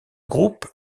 groupe